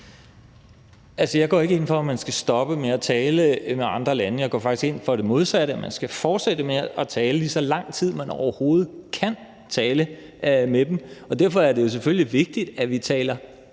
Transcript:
Altså, jeg går ikke ind for, at man skal stoppe med at tale med andre lande. Jeg går faktisk ind for det modsatte; man skal fortsætte med at tale lige så lang tid, som man overhovedet kan tale med dem. Derfor er det selvfølgelig vigtigt, at vi taler